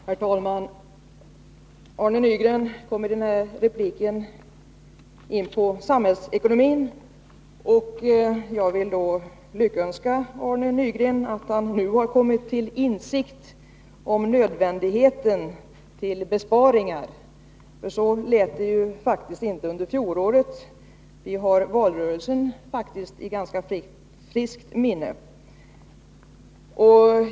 Herr talman! Arne Nygren kom i sin replik in på samhällsekonomin. Jag vill då lyckönska Arne Nygren för att han nu har kommit till insikt om nödvändigheten av besparingar. Så lät det ju inte under fjolåret — vi har faktiskt valrörelsen i ganska friskt minne.